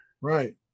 Right